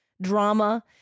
drama